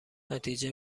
نتیجه